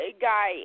guy